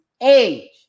age